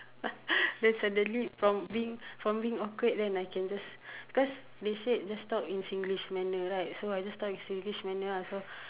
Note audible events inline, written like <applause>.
<laughs> then suddenly from being from being awkward then I can just because they said just talk in Singlish manner right so I just talk in Singlish manner lah so